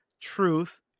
truth